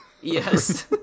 yes